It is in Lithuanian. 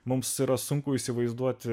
mums yra sunku įsivaizduoti